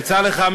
יצא לך,